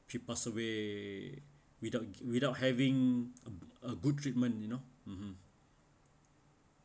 passed away without without having a good treatment you know (uh huh)